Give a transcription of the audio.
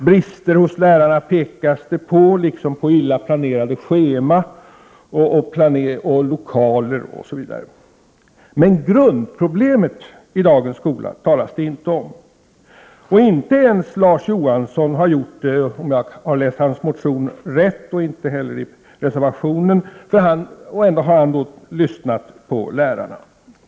Brister hos lärarna pekas det på liksom på illa planerade scheman, felaktigt placerade lokaler osv. Grundproblemet i dagens skola talas det alltså inte om. Inte ens Larz Johansson har gjort det, om jag har läst hans motion rätt. Han har inte heller behandlat det i reservationen, och ändå har han lyssnat på lärarna.